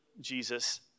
Jesus